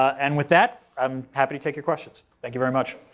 and with that i'm happy to take your questions. thank you very much.